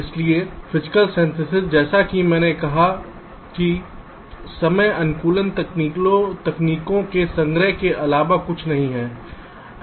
इसलिए भौतिक संश्लेषण जैसा कि मैंने कहा है कि समय अनुकूलन तकनीकों के संग्रह के अलावा कुछ नहीं है